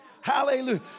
Hallelujah